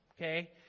okay